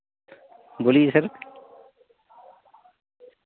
बोलिए सर